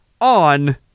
on